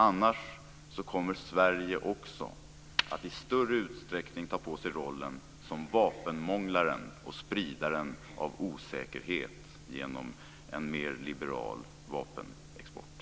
Annars kommer Sverige att i större utsträckning ta på sig rollen som vapenmånglaren och spridaren av osäkerhet genom en mer liberal vapenexport.